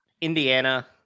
indiana